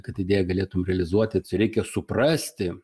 kad idėją galėtum realizuoti reikia suprasti